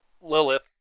Lilith